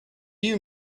you